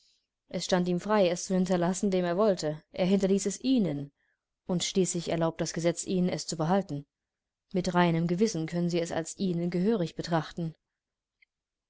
es stand ihm frei es zu hinterlassen wem er wollte er hinterließ es ihnen und schließlich erlaubt das gesetz ihnen es zu behalten mit reinem gewissen können sie es als ihnen gehörig betrachten